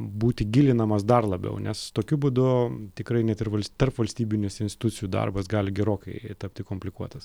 būti gilinamas dar labiau nes tokiu būdu tikrai net ir vals tarpvalstybinis institucijų darbas gali gerokai tapti komplikuotas